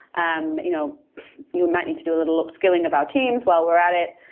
um you know you might need to do a little up scaling of our teams while we're at it.